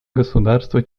государства